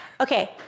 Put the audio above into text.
Okay